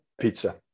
Pizza